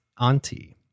auntie